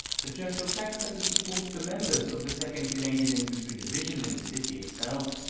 the churchill tanks had to support the members of the second canadian infantry division in the city itself.